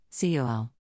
COL